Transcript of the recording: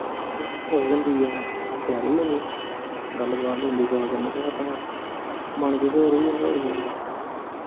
ते उस दिन जाइयै शैल होई जंदी गल्ल बात होंदी कुसे कन्नै ते अपना मन किश होर होई जंदा होर केह् होंदा